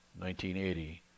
1980